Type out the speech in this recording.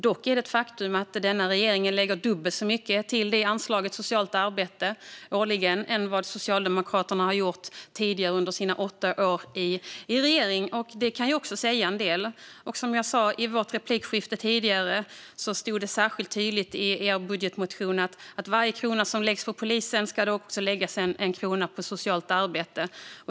Dock är det ett faktum att denna regering lägger dubbelt så mycket på anslaget socialt arbete årligen som Socialdemokraterna gjort tidigare under sina åtta år i regering. Det kan ju också säga en del. Som jag sa i vårt replikskifte tidigare stod det särskilt tydligt i er budgetmotion att för varje krona som läggs på polisen ska det också läggas en krona på socialt arbete.